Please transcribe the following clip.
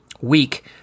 week